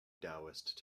taoist